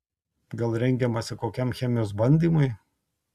gal rengiamasi kokiam chemijos bandymui